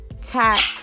tap